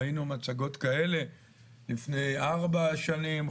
ראינו מצגות כאלה לפני ארבע שנים,